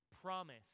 Promise